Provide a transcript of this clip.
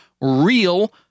real